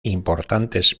importantes